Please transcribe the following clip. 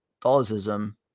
Catholicism